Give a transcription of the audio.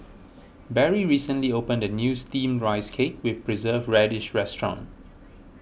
Barrie recently opened a new Steamed Rice Cake with Preserved Radish restaurant